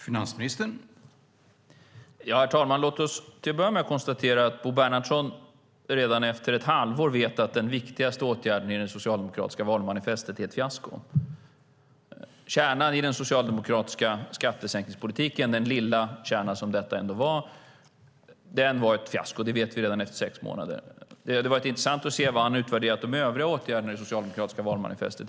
Herr talman! Låt oss till att börja med konstatera att Bo Bernhardsson redan efter ett halvår vet att den viktigaste åtgärden i det socialdemokratiska valmanifestet är ett fiasko. Kärnan i den socialdemokratiska skattesänkningspolitiken, den lilla kärna som detta ändå var, var ett fiasko. Det vet vi redan efter sex månader. Det hade varit intressant att se hur han hade utvärderat de övriga åtgärderna i det socialdemokratiska valmanifestet.